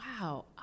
wow